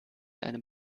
einem